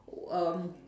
um